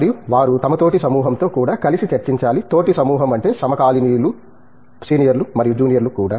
మరియు వారు తమ తోటి సమూహంతో కూడా కలిసి చర్చించాలి తోటి సమూహం అంటే సమకాలీనులు సీనియర్లు మరియు జూనియర్లు కూడా